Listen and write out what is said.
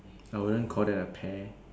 I wouldn't call that a pear